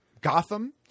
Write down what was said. Gotham